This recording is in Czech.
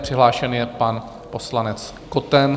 Přihlášen je pan poslanec Koten.